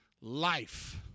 life